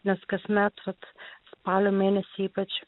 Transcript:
nes kasmet vat spalio mėnesį ypač